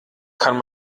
kann